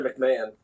McMahon